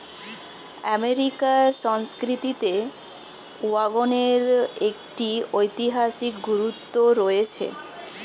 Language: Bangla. আমেরিকার সংস্কৃতিতে ওয়াগনের একটি ঐতিহাসিক গুরুত্ব রয়েছে